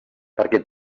perquè